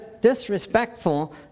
disrespectful